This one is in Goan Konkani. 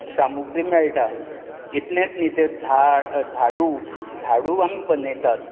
सामुग्री मेळटा इतलेंच न्ही तें झाड झाडू आमी बनयतात